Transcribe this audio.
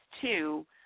two